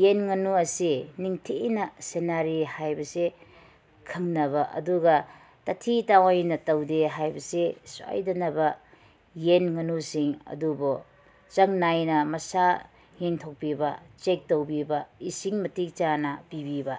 ꯌꯦꯟ ꯉꯥꯅꯨ ꯑꯁꯤ ꯅꯤꯡꯊꯤꯅ ꯁꯦꯟꯅꯔꯤ ꯍꯥꯏꯕꯁꯤ ꯈꯪꯅꯕ ꯑꯗꯨꯒ ꯇꯥꯊꯤ ꯇꯥꯑꯣꯏꯅ ꯇꯧꯗꯦ ꯍꯥꯏꯕꯁꯤ ꯁꯣꯏꯗꯅꯕ ꯌꯦꯟ ꯉꯥꯅꯨꯁꯤꯡ ꯑꯗꯨꯕꯨ ꯆꯥꯡ ꯅꯥꯏꯅ ꯃꯁꯥ ꯌꯦꯡꯊꯣꯛꯄꯤꯕ ꯆꯦꯛ ꯇꯧꯕꯤꯕ ꯏꯁꯤꯡ ꯃꯇꯤꯛ ꯆꯥꯅ ꯄꯤꯕꯤꯕ